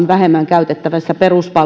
vähemmän käytettävissä